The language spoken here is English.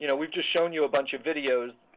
you know we've just shown you a bunch of videos.